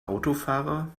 autofahrer